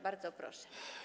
Bardzo proszę.